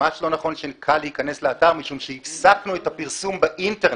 כי הפסקנו את הפרסום באינטרנט.